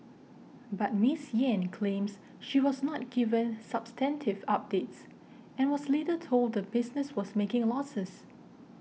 but Miss Yen claims she was not given substantive updates and was later told the business was making a losses